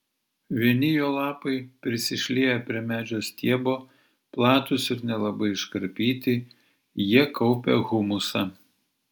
vieni jo lapai prisišlieję prie medžio stiebo platūs ir nelabai iškarpyti jie kaupia humusą